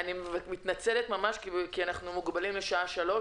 אני מתנצלת ממש כי אנחנו מוגבלים עד שעה 3,